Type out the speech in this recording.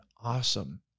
awesome